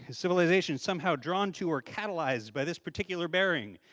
is civilation somehow drawn to or catalyzed by this particular bearing?